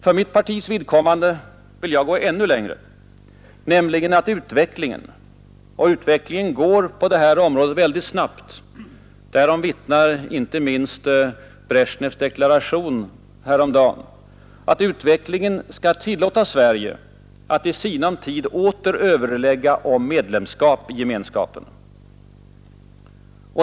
För mitt partis vidkommande vill jag gå ännu längre och hoppas att utvecklingen — som på det här området går väldigt snabbt, därom vittnar inte minst Bresjnevs deklaration häromdagen — skall tillåta Sverige att i sinom tid åter överlägga om medlemskap i Gemenskapen.